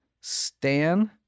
Stan